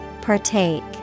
Partake